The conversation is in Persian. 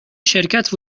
شرکت